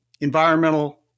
environmental